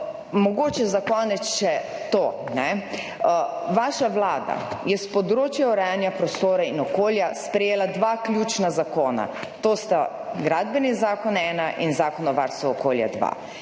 Mogoče za konec še to. Vaša Vlada je s področja urejanja prostora in okolja sprejela dva ključna zakona, to sta gradbeni zakon 1 in Zakon o varstvu okolja 2.